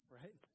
right